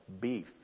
beef